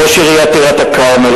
ראש עיריית טירת-כרמל,